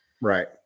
Right